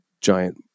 giant